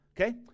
Okay